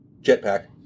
jetpack